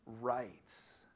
rights